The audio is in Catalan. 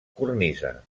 cornisa